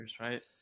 right